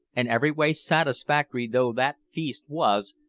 and every way satisfactory though that feast was,